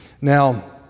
Now